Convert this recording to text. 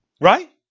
right